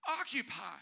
Occupy